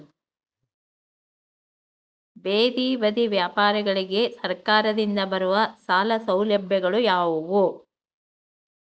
ಬೇದಿ ಬದಿ ವ್ಯಾಪಾರಗಳಿಗೆ ಸರಕಾರದಿಂದ ಬರುವ ಸಾಲ ಸೌಲಭ್ಯಗಳು ಯಾವುವು?